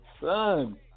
son